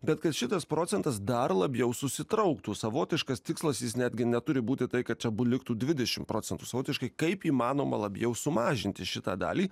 bet kad šitas procentas dar labiau susitrauktų savotiškas tikslas jis netgi neturi būti tai kad abu liktų dvidešim procentų savotiškai kaip įmanoma labiau sumažinti šitą dalį